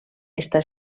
està